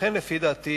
לכן, לפי דעתי,